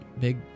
big